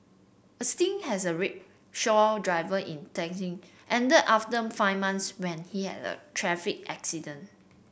a stint as a rickshaw driver in Dhaka ended after five months when he had a traffic accident